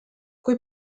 kui